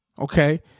okay